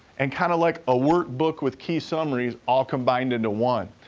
and kinda like a workbook with key summaries all combined into one.